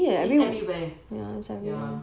it's everywhere